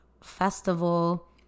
festival